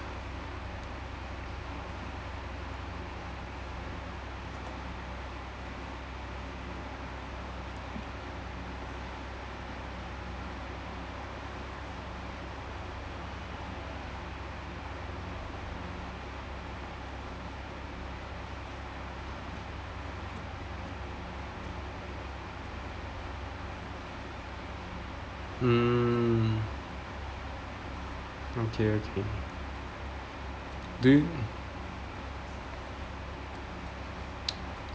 mm okay okay do you